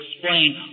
explain